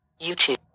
YouTube